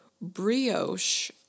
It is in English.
brioche